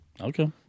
Okay